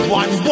one